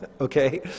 Okay